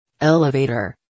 Elevator